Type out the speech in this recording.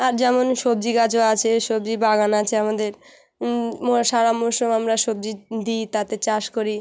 আর যেমন সবজি গাছও আছে সবজি বাগান আছে আমাদের ম সারা মরসুম আমরা সবজি দিই তাতে চাষ করি